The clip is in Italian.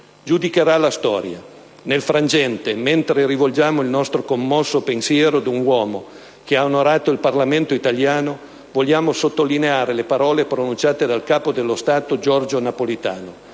Giudicherà la storia. Nel frangente, mentre rivolgiamo il nostro commosso pensiero ad un uomo che ha onorato il Parlamento italiano, vogliamo sottolineare le parole pronunciate dal capo dello Stato Giorgio Napolitano: